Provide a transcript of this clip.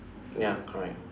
ya correct